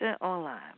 online